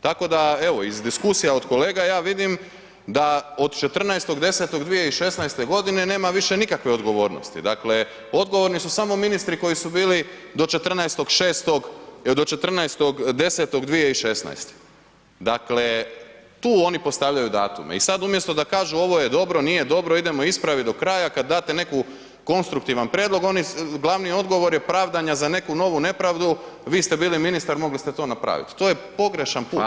tako da evo iz diskusija od kolega ja vidim da od 14.10.2016.g. nema više nikakve odgovornosti, dakle odgovorni su samo ministri koji su bili do 14.10.2016., dakle tu oni postavljaju datume i sad umjesto da kažu ovo je dobro, nije dobro, idemo ispravit do kraja, kad date neki konstruktivan prijedlog, glavni odgovor je pravdanja za neku novu nepravdu, vi ste bili ministar mogli ste to napravit, to je pogrešan put.